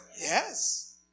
yes